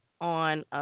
on